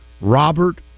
Robert